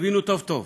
תבינו טוב טוב,